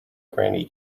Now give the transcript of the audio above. granny